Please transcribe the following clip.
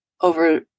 over